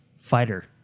Fighter